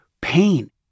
pain